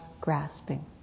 grasping